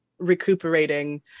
recuperating